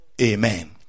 amen